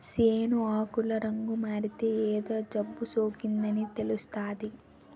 సేను ఆకులు రంగుమారితే ఏదో జబ్బుసోకిందని తెలుస్తాది